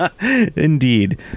Indeed